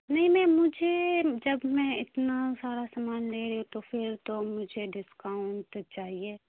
نہیں نہیں مجھے جب میں اتنا سارا سامان لے رہی ہوں تو پھر تو مجھے ڈسکاؤنٹ چاہیے